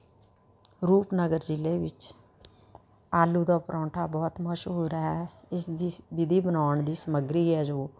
ਰੂਪਨਗਰ ਜ਼ਿਲ੍ਹੇ ਵਿੱਚ ਆਲੂ ਦਾ ਪਰੌਂਠਾ ਬਹੁਤ ਮਸ਼ਹੂਰ ਹੈ ਇਸ ਦੀ ਵਿਧੀ ਬਣਾਉਣ ਦੀ ਸਮੱਗਰੀ ਹੈ ਜੋ